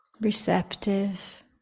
receptive